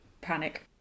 panic